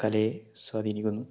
കലയെ സ്വാധീനിക്കുന്നു